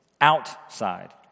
outside